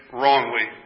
wrongly